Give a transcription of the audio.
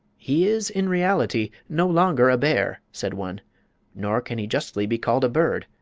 he is, in reality, no longer a bear, said one nor can he justly be called a bird.